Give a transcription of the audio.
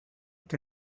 que